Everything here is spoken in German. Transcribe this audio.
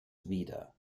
wider